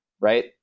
right